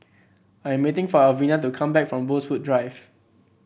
I am waiting for Alvina to come back from Rosewood Drive